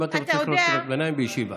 אם אתה קורא קריאות ביניים, בישיבה.